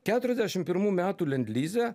keturiasdešim pirmų metų lendlize